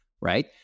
right